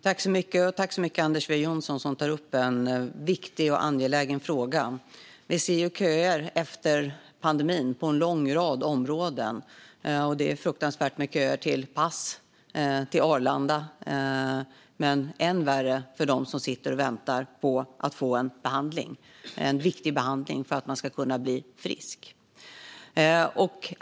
Fru talman! Tack så mycket, Anders W Jonsson, som tar upp en viktig och angelägen fråga! Vi ser köer efter pandemin på en lång rad områden. Det är fruktansvärt långa köer till pass och vid Arlanda, men det är än värre för dem som sitter och väntar på en viktig behandling för att de ska kunna bli friska.